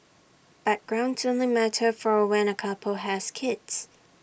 backgrounds only matter for when A couple has kids